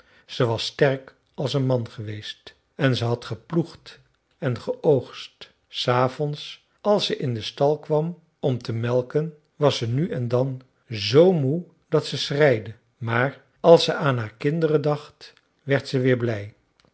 ze was sterk als een man geweest en ze had geploegd en geoogst s avonds als ze in den stal kwam om te melken was ze nu en dan z moe dat ze schreide maar als ze aan haar kinderen dacht werd ze weer blij